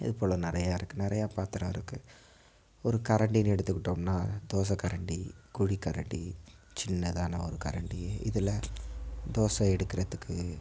இதுப்போல் நிறையா இருக்குது நிறையா பாத்திரம் இருக்குது ஒரு கரண்டின்னு எடுத்துகிட்டோம்ன்னால் தோசை கரண்டி குழிக்கரண்டி சின்னதான ஒரு கரண்டி இதில் தோசை எடுக்கிறத்துக்கு